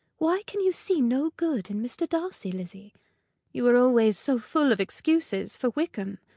why can you see no good in mr. darcy, lizzy you were always so full of excuses for wickham,